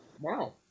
Wow